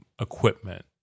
equipment